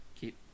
keep